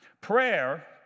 Prayer